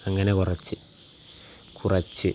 അങ്ങനെകുറച്ച് കുറച്ച്